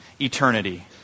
eternity